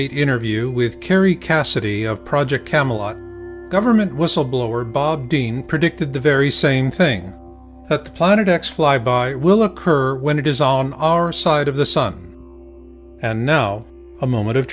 eight interview with carey cassidy of project camelot government whistleblower bob dean predicted the very same thing at the planet x fly by will occur when it is on our side of the sun and now a moment of